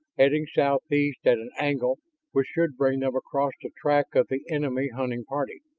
heading southeast at an angle which should bring them across the track of the enemy hunting party.